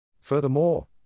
Furthermore